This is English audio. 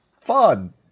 fun